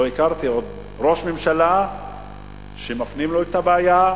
לא הכרתי עוד ראש ממשלה שמפנים אליו את הבעיה,